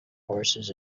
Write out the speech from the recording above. horses